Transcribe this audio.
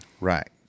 Right